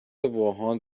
ووهان